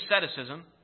asceticism